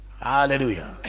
Hallelujah